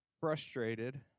Frustrated